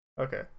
Okay